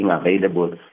available